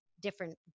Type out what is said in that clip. different